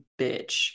bitch